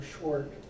short